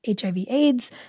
HIV-AIDS